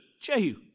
Jehu